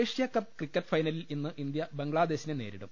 Asia Cup cricket ഫൈനലിൽ ഇന്ന് India ബംഗ്ലാദേശിനെ നേരിടും